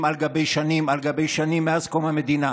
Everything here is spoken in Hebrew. על גבי שנים על גבי שנים מאז קום המדינה,